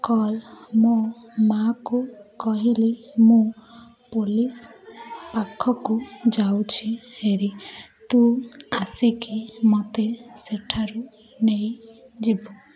call ମୋ ମାକୁ କହିଲି ମୁଁ ପୋଲିସ ପାଖକୁ ଯାଉଛିହେରି ତୁ ଆସିକି ମୋତେ ସେଠାରୁ ନେଇଯିବୁ